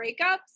breakups